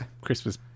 Christmas